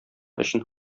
өчен